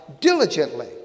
diligently